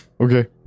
Okay